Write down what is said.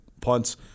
punts